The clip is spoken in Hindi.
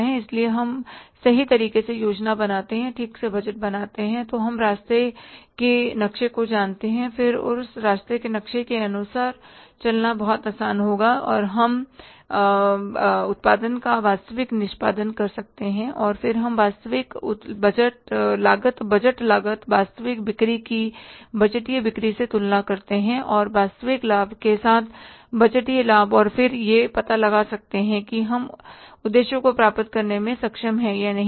इसलिए अगर हम सही तरीके से योजना बनाते हैं ठीक से बजट बनाते हैं तो हम रास्ते के नक्शे को जानते हैं और फिर उस रास्ते के नक्शे के अनुसार चलना बहुत आसान है तो हम उत्पादन का वास्तविक निष्पादन कर सकते हैं और फिर हम वास्तविक लागत बजट लागत वास्तविक बिक्री की बजटीय बिक्री से तुलना करते हैं और वास्तविक लाभ के साथ बजटीय लाभ और फिर हम यह पता लगा सकते हैं कि हम उद्देश्य को प्राप्त करने में सक्षम हैं या नहीं